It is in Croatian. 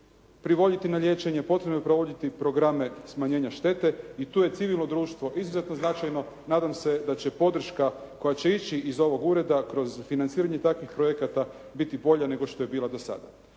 privoliti na liječenje, potrebno je provoditi programe smanjenja štete i tu je civilno društvo izuzetno značajno. Nadam se da će podrška koja će ići iz ovog ureda kroz financiranje takvih projekata biti bolja nego što je bila do sada.